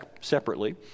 separately